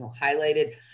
highlighted